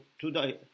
today